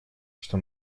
что